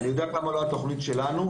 אני יודע כמה עולה התוכנית שלנו,